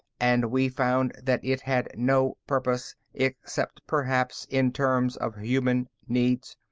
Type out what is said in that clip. and we found that it had no purpose, except, perhaps, in terms of human needs.